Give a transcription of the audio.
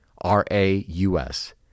R-A-U-S